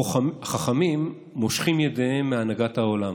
החכמים מושכים ידיהם מהנהגת העולם